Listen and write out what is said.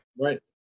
right